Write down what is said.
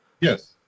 Yes